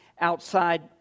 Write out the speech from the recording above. outside